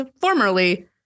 formerly